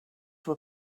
were